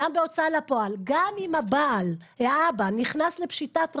בהוצאה לפועל גם אם האבא נכנס לפשיטת רגל,